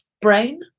brain